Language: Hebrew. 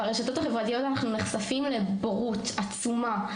ברשתות החברתיות אנחנו נחשפים לבורות עצומה,